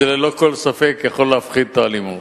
זה ללא כל ספק יכול להפחית את האלימות.